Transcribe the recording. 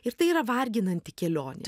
ir tai yra varginanti kelionė